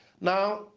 now